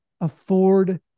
afford